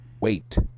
wait